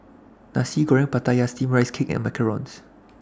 Nasi Goreng Pattaya Steamed Rice Cake and Macarons